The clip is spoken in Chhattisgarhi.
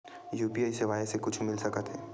यू.पी.आई सेवाएं से कुछु मिल सकत हे?